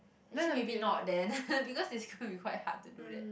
actually maybe not then because it's gonna be quite hard to do that